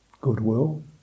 goodwill